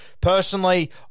Personally